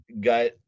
got